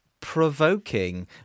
Provoking